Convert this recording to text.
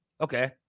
Okay